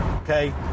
Okay